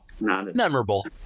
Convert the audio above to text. memorable